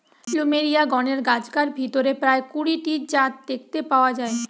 plumeria গণের গাছগার ভিতরে প্রায় কুড়ি টি জাত দেখতে পাওয়া যায়